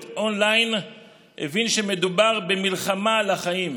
אונליין הבין שמדובר במלחמה על החיים.